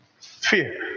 Fear